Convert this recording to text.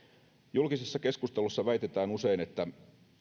julkisessa keskustelussa väitetään usein että